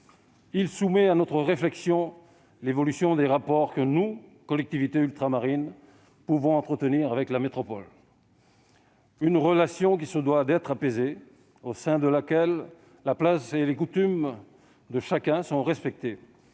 Il soumet à notre réflexion l'évolution des rapports que nous, collectivités ultramarines, pouvons entretenir avec la métropole. Cette relation se doit d'être apaisée, la place et les coutumes de chacun doivent